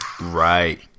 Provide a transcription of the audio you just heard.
Right